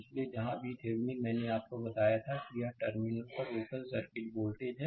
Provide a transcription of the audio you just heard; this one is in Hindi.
इसलिए जहां VThevenin मैंने आपको बताया था कि यह टर्मिनल पर ओपन सर्किट वोल्टेज है